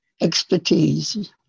expertise